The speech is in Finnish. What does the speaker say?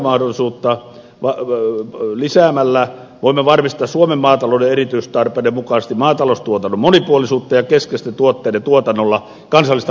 kansallista toimintamahdollisuutta lisäämällä voimme varmistaa suomen maatalouden erityistarpeiden mukaisesti maataloustuotannon monipuolisuuden ja keskeisten tuotteiden tuotannolla kansallisen huoltovarmuuden